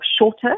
shorter